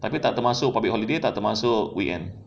tapi tak termasuk public holiday tak termasuk weekend